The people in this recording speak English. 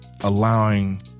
allowing